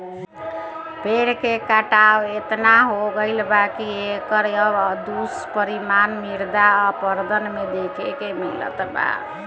पेड़ के कटाव एतना हो गईल बा की एकर अब दुष्परिणाम मृदा अपरदन में देखे के मिलता